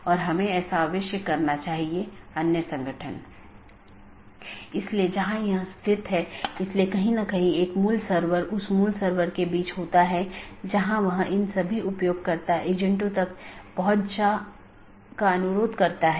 यदि तय अवधी के पूरे समय में सहकर्मी से कोई संदेश प्राप्त नहीं होता है तो मूल राउटर इसे त्रुटि मान लेता है